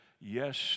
yes